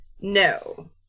No